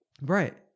Right